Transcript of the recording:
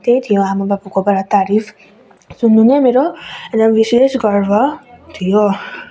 त्यही थियो आमा बाबाकोबाट तारिफ सुन्नु नै मेरो एउटा विशेष गर्व थियो